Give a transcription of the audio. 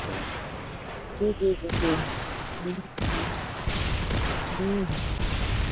जी जी जी हम्म हम्म हम्म